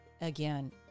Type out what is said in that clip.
again